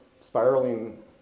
spiraling